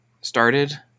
started